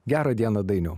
gerą dieną dainiau